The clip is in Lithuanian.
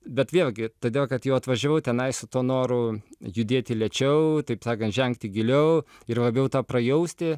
bet vėlgi todėl kad jau atvažiavau tenai su tuo noru judėti lėčiau taip sakant žengti giliau ir labiau tą prajausti